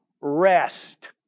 rest